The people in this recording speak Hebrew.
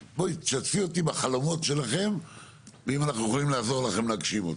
תשתפי אותי בחלומות שלכם ואם אנחנו יכולים לעזור לכם להגשים אותם.